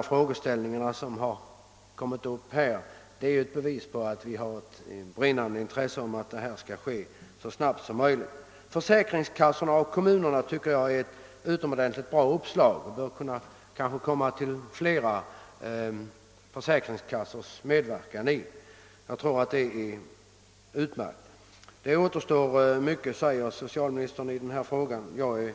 De frågeställningar som tagits upp utgör belägg för att det bland oss finns ett brinnande intresse för att något skall göras så snabbt som möjligt. Uppslaget att koppla in försäkringskassorna och kommunerna i detta sammanhang tycker jag är utomordentligt bra. Flera läns försäkringskassor bör kunna medverka i detta arbete. Socialministern säger att det återstår mycket att göra i denna fråga. Jag är